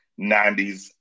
90s